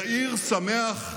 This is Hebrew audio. יאיר שמח,